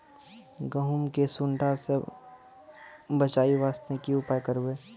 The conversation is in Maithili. गहूम के सुंडा से बचाई वास्ते की उपाय करबै?